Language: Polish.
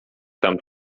tam